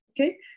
Okay